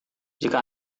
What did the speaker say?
jika